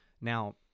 now